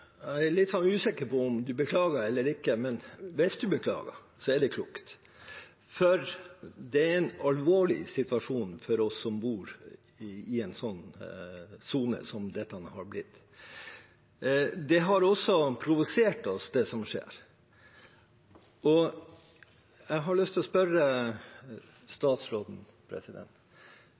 Jeg er litt usikker på om statsråden beklager eller ikke, men hvis han beklager, er det klokt, for dette er en alvorlig situasjon for oss som bor i en slik sone som dette har blitt. Det har også provosert oss, det som skjer. Jeg har lyst til å spørre statsråden: